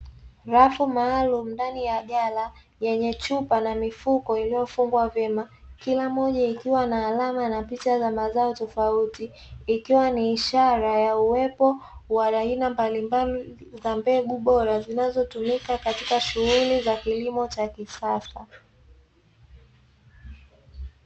Rafu maalumu ndani ya ghala yenye chupa na mifuko iliyofungwa vyema. Kila Moja ikiwa na alama na picha za mazao tofauti, ikiwa ni ishara ya uwepo wa aina mbalimbali za mbegu bora zinazotumika katika shughuli za kilimo cha kisasa.